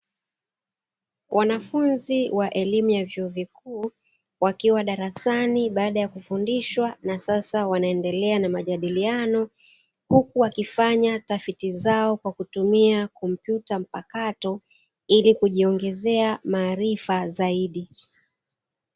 Wanafunzi wa elimu ya vyuo vikuu, wakiwa darasani baada ya kufundishwa na sasa wanaendelea na majadiliano, huku wakifanya tafiti zao kwa kutumia kompyuta mpakato, ili kujiongezea maarifa zaidi.